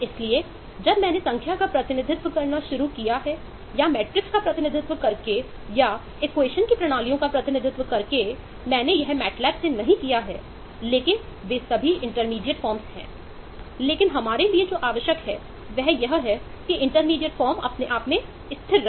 इसलिए जब मैंने संख्या का प्रतिनिधित्व करना शुरू किया है या मैट्रिसेस का प्रतिनिधित्व करके या इक्वेशन अपने आप से स्थिर रहे